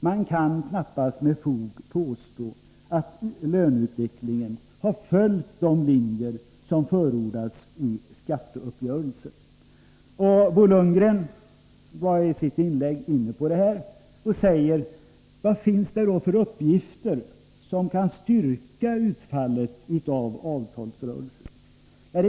Man kan knappast med fog påstå att löneutvecklingen har följt de linjer som förordats i skatteuppgörelsen. Bo Lundgren var i sitt inlägg inne på detta. Han sade: Vad finns det för uppgifter som kan styrka utfallet av avtalsrörelsen?